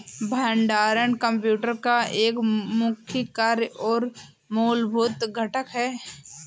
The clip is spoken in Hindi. भंडारण कंप्यूटर का एक मुख्य कार्य और मूलभूत घटक है